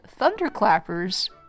thunderclappers